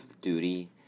duty